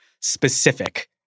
specific